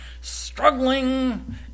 struggling